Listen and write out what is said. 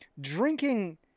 drinking